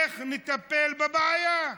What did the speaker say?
איך נטפל בבעיה?